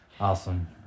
Awesome